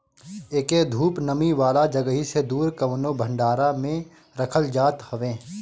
एके धूप, नमी वाला जगही से दूर कवनो भंडारा में रखल जात हवे